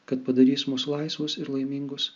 kad padarys mus laisvus ir laimingus